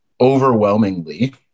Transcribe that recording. Overwhelmingly